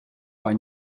quai